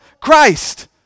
Christ